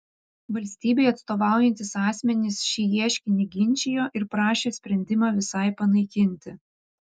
valstybei atstovaujantys asmenys šį ieškinį ginčijo ir prašė sprendimą visai panaikinti